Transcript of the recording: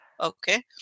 Okay